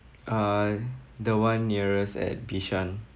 um the one nearest at Bishan